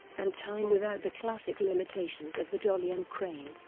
and time without the classic limitations of the dolly and crane.